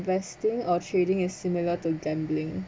investing or trading is similar to gambling